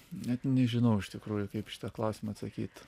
net nežinau iš tikrųjų kaip į šitą klausimą atsakyt